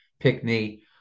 Pickney